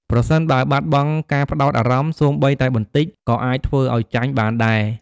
ប្រសិនបើបាត់បង់ការផ្តោតអារម្មណ៍ សូម្បីតែបន្តិចក៏អាចធ្វើឲ្យចាញ់បានដែរ។